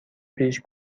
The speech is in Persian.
پیش